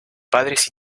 padres